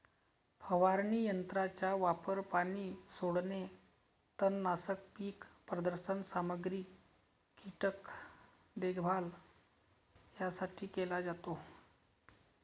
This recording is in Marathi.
फवारणी यंत्राचा वापर पाणी सोडणे, तणनाशक, पीक प्रदर्शन सामग्री, कीटक देखभाल यासाठी केला जातो